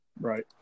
Right